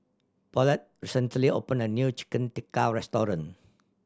Paulette recently opened a new Chicken Tikka restaurant